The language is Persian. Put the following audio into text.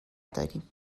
داریم